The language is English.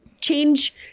change